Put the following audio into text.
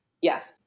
Yes